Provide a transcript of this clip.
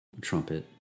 trumpet